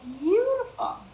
beautiful